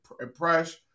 impress